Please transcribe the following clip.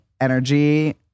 energy